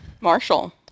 Marshall